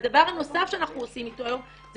והדבר הנוסף שאנחנו עושים אותו היום זה